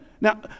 Now